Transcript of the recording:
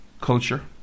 culture